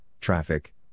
traffic